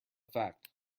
fact